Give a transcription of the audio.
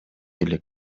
элек